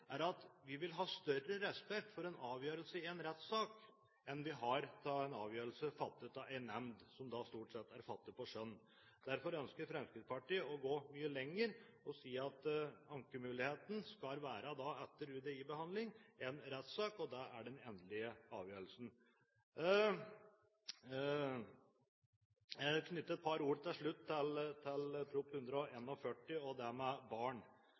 at de vil ha større respekt for en avgjørelse fattet av en rett enn for en avgjørelse fattet av en nemnd, som da stort sett er basert på skjønn. Derfor ønsker Fremskrittspartiet å gå mye lenger og si at ankemuligheten etter UDI-behandling skal være en rettssak, og at det er den endelige avgjørelsen. Jeg vil til slutt knytte et par ord til Prop. 141 L og det med høring av barn. Det er viktig, det som uttrykkes i meldingen, at barn